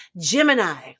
Gemini